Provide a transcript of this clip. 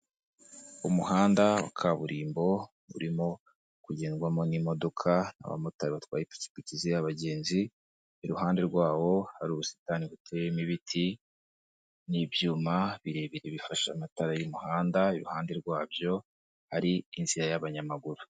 Umuhanda wa kaburimbo urimo kugendwamo n'imodoka, abamotari batwaye amapakipiki ariho abagenzi iruhande rwabo hari ubusitani buteyemo ibiti n'ibyuma birebire bifasha amatara y'umuhanda, iruhande rwabyo hari inzira y'abanyamaguru.